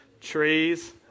trees